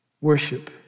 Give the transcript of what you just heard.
worship